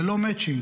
ללא מצ'ינג,